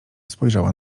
spojrzała